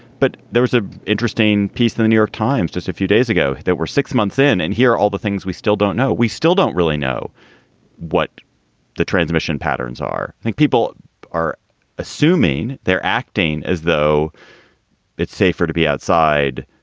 but there was a interesting piece in the new york times just a few days ago that we're six month in and hear all the things we still don't know. we still don't really know what the transmission patterns are. i think people are assuming they're acting as though it's safer to be outside.